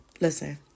Listen